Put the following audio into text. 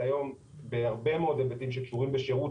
היום בהרבה מאוד היבטים שקשורים בשירות